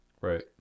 Right